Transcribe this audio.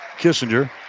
Kissinger